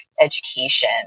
education